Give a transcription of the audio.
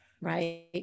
right